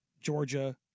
Georgia